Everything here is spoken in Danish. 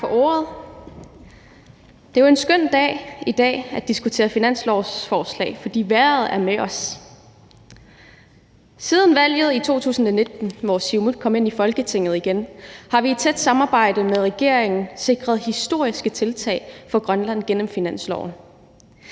Det er jo en skøn dag i dag at diskutere finanslovsforslag, for vejret er med os. Siden valget i 2019, hvor Siumut kom ind i Folketinget igen, har vi i tæt samarbejde med regeringen sikret historiske tiltag for Grønland gennem finansloven.